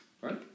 right